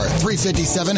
357